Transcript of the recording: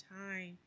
time